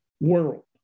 world